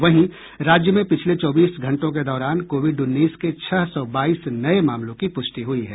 वहीं राज्य में पिछले चौबीस घंटों के दौरान कोविड उन्नीस के छह सौ बाईस नये मामलों की प्रष्टि हुई है